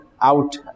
out